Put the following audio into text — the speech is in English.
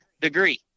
degree